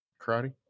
Karate